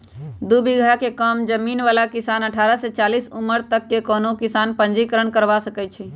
दू बिगहा से कम जमीन बला किसान अठारह से चालीस उमर तक के कोनो किसान पंजीकरण करबा सकै छइ